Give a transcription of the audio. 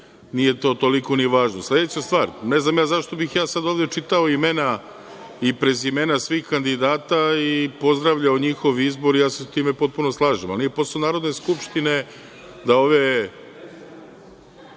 nije to toliko ni važno. Sledeća stvar, ne znam zašto bih sada ja ovde čitao imena i prezimena svih kandidata i pozdravljao njihov izbor, ja se sa tim potpuno slažem. Ali, nije posao Narodne skupštine da ove